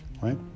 right